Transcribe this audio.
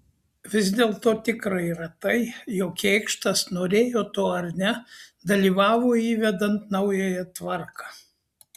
vis dėlto tikra yra tai jog kėkštas norėjo to ar ne dalyvavo įvedant naująją tvarką